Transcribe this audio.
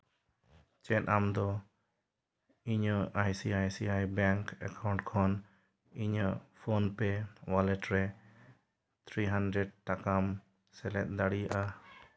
ᱪᱮᱫ ᱟᱢ ᱫᱚ ᱤᱧᱟᱹᱜ I C I C I bank account ᱠᱷᱚᱱ ᱤᱧᱟᱹᱜ ᱯᱷᱳᱱ ᱯᱮ ᱚᱣᱟᱞᱮᱴ ᱨᱮ ᱛᱷᱨᱤ ᱦᱟᱱᱰᱨᱮᱴ ᱴᱟᱠᱟᱢ ᱥᱮᱞᱮᱫ ᱫᱟᱲᱮᱭᱟᱜᱼᱟ